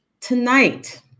tonight